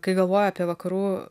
kai galvoju apie vakarų